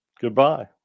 goodbye